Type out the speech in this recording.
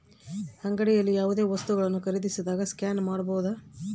ಅಂಗಡಿಯಲ್ಲಿ ಯಾವುದೇ ವಸ್ತುಗಳನ್ನು ಖರೇದಿಸಿದಾಗ ಸ್ಕ್ಯಾನ್ ಮಾಡಬಹುದಾ?